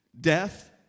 death